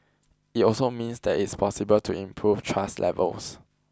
it also means it is possible to improve trust levels